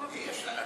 אי-אפשר.